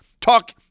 Talk